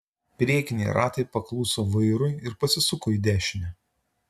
priekiniai ratai pakluso vairui ir pasisuko į dešinę